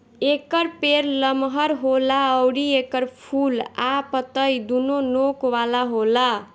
एकर पेड़ लमहर होला अउरी एकर फूल आ पतइ दूनो नोक वाला होला